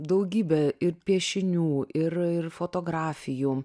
daugybę ir piešinių ir fotografijų